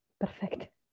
Perfect